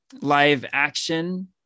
live-action